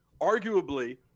arguably